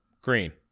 green